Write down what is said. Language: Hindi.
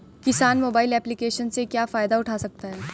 किसान मोबाइल एप्लिकेशन से क्या फायदा उठा सकता है?